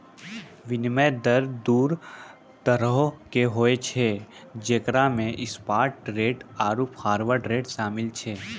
विनिमय दर दु तरहो के होय छै जेकरा मे स्पाट रेट आरु फारवर्ड रेट शामिल छै